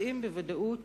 יודעים בוודאות